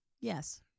Yes